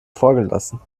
vorgelassen